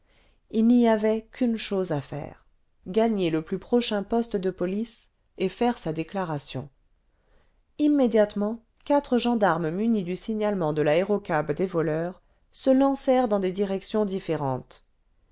h n'y avait qu'une chose à faire gagner le plus prochain poste de police et faire sa déclaration immédiatement quatre gendarmes munis du signalement de l'aérocab des voleurs se lancèrent dans des directions différentes